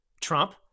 Trump